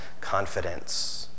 confidence